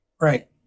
Right